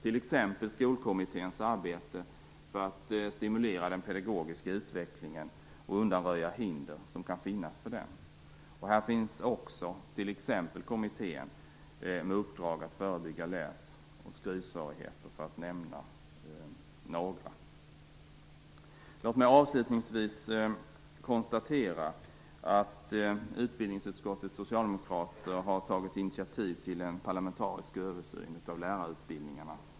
Ett exempel är skolkommitténs arbete för att stimulera den pedagogiska utvecklingen och undanröja hinder som kan finnas för den. Här finns också kommittén med uppdrag att förebygga läs och skrivsvårigheter, för att nämna några. Låt mig avslutningsvis konstatera att utbildningsutskottets socialdemokrater har tagit initiativ till en parlamentarisk översyn av lärarutbildningarna.